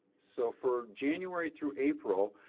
so for january through april,